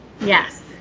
Yes